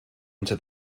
into